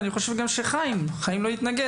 ואני חושב שגם חיים לא התנגד,